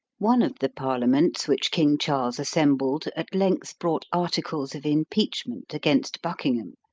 one of the parliaments which king charles assembled at length brought articles of impeachment against buckingham,